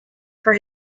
for